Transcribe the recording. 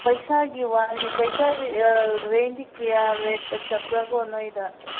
ꯄꯩꯁꯥꯒꯤ ꯋꯥꯅꯤ ꯄꯩꯁꯥꯗꯤ ꯔꯦꯟꯗꯤ ꯀꯌꯥ ꯔꯦꯠꯇ ꯆꯠꯄ꯭ꯔ ꯀꯣ ꯅꯣꯏꯗ